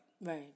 Right